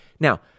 Now